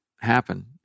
happen